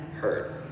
hurt